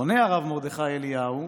עונה הרב מרדכי אליהו: